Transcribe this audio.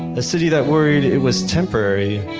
a city that worried it was temporary,